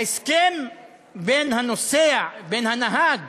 ההסכם בין הנוסע, בין הנהג